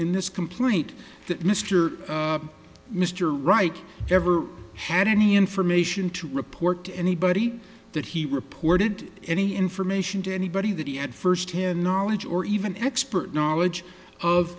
in this complaint that mister mr reich ever had any information to report to anybody that he reported any information to anybody that he had firsthand knowledge or even expert knowledge